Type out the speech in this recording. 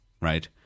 right